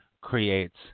creates